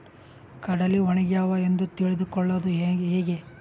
ಕಡಲಿ ಒಣಗ್ಯಾವು ಎಂದು ತಿಳಿದು ಕೊಳ್ಳೋದು ಹೇಗೆ?